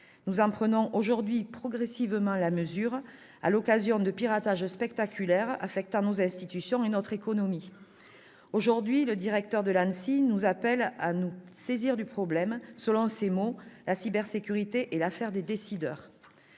Nous en prenons aujourd'hui progressivement la mesure, à l'occasion de piratages spectaculaires affectant nos institutions et notre économie. Aujourd'hui, le directeur de l'ANSSI nous appelle à nous saisir du problème. Selon lui, « la cybersécurité est l'affaire des décideurs